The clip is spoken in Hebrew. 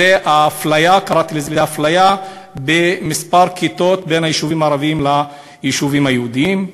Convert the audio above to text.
קראתי לזה: אפליה במספר הכיתות בין היישובים הערביים ליישובים היהודיים.